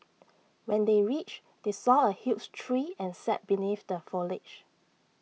when they reached they saw A huge tree and sat beneath the foliage